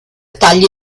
tagli